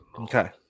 Okay